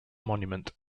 monument